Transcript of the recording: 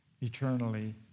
eternally